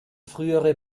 frühere